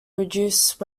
reduced